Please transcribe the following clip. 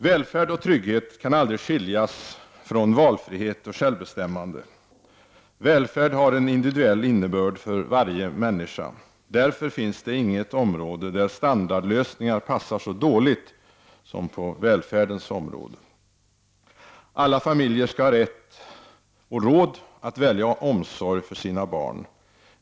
Välfärd och trygghet kan aldrig skiljas från valfrihet och självbestämmande. Välfärd har en individuell innebörd för varje människa. Därför finns det inget område där standardlösningar passar så dåligt som på välfärdens område. Alla familjer skall ha rätt och råd att välja omsorg för sina barn.